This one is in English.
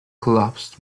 collapsed